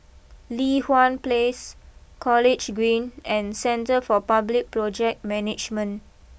Li Hwan place College Green and Centre for Public Project Management